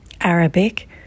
Arabic